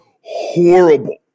horrible